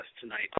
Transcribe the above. tonight